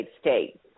state